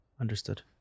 Understood